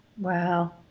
wow